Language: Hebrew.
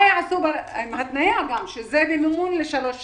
עם התניה שזה לשלוש שנים.